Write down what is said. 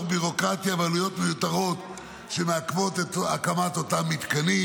ביורוקרטיה ועלויות מיותרות שמעכבות את הקמת אותם מתקנים,